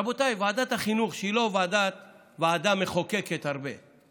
רבותיי, ועדת החינוך, שהיא לא ועדה שמחוקקת הרבה,